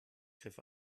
griff